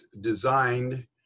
designed